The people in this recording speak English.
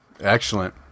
Excellent